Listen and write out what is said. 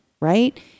Right